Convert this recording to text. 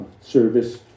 service